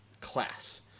class